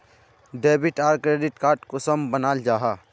Debit आर credit card कुंसम बनाल जाहा?